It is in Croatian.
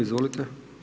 Izvolite.